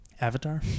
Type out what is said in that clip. Avatar